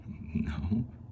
no